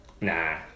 Nah